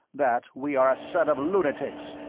that we are a set of lunatics.